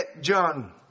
John